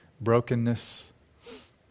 brokenness